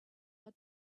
had